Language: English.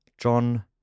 John